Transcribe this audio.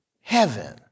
heaven